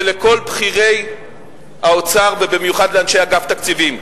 ולכל בכירי האוצר, ובמיוחד לאנשי אגף התקציבים.